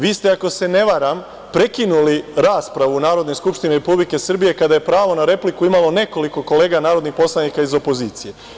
Vi ste, ako se ne varam, prekinuli raspravu u Narodnoj skupštini Republike Srbije kada je pravo na repliku imalo nekoliko kolega narodnih poslanika iz opozicije.